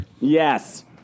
Yes